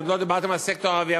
עוד לא דיברתי עם הסקטור הערבי,